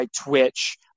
Twitch